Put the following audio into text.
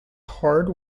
hard